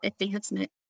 advancement